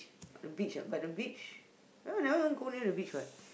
the beach ah but the beach you all never even go near the beach what